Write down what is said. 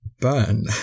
burn